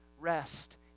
rest